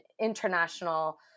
international